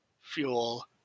fuel